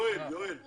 זה לא